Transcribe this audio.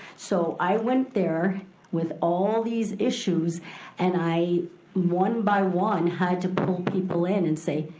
so i went there with all these issues and i one by one had to pull people in and say,